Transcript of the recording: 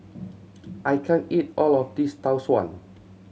I can't eat all of this Tau Suan